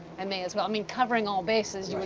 and may as well. i mean, covering all bases,